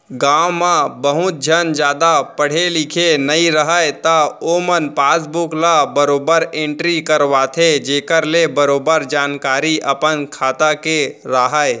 गॉंव म बहुत झन जादा पढ़े लिखे नइ रहयँ त ओमन पासबुक ल बरोबर एंटरी करवाथें जेखर ले बरोबर जानकारी अपन खाता के राहय